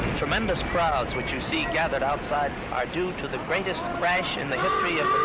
tremendous crowds, which you see gathered outside, are due to the greatest crash in the history of